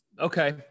Okay